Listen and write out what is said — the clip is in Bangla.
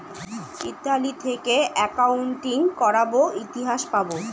ইতালি থেকে একাউন্টিং করাবো ইতিহাস পাবো